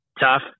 tough